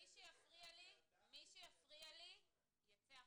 מי שיפריע לי יצא החוצה.